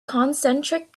concentric